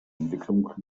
entwicklung